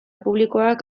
publikoak